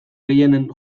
gehienen